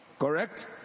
correct